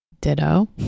Ditto